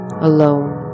alone